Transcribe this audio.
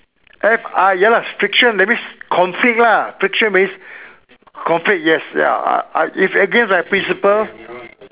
F I ya lah friction that means conflict lah friction means conflict yes ya uh if against my principle